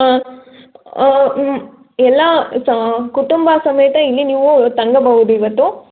ಆಂ ಆಂ ಊಂ ಎಲ್ಲ ಸ ಕುಟುಂಬ ಸಮೇತ ಇಲ್ಲಿ ನೀವು ತಂಗಬಹುದು ಇವತ್ತು